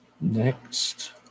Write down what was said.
Next